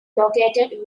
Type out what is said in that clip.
located